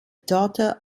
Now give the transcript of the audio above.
daughter